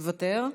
מוותר.